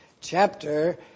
chapter